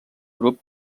grup